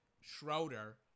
Schroeder